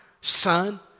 Son